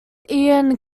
ian